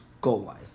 goal-wise